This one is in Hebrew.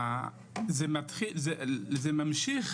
זה ממשיך